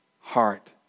heart